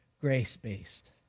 grace-based